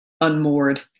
unmoored